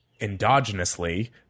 endogenously